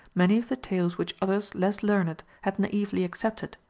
many of the tales which others less learned had naively accepted,